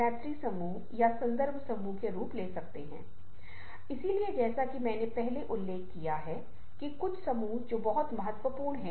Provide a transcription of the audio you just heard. यह भी प्राथमिकता आदेश की भावना का संचार करने में कामयाब होगा क्योंकि अगर कुछ पहले आता है क्या यह अधिक महत्वपूर्ण हैअगर कुछ बादमे आता है क्या यह अधिक महत्वपूर्ण है